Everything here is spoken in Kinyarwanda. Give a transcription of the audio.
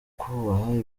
kubaha